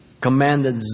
commanded